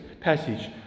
passage